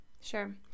Sure